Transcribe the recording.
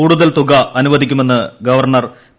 കൂടുതൽ തുക അനുവദിക്കുമെന്ന് ഗവർണർ പി